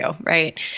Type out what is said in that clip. Right